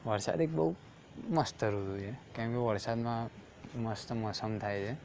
વરસાદ એક બહુ મસ્ત ઋતુ છે કેમ કે વરસાદમાં મસ્ત મોસમ થાય છે